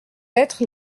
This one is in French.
être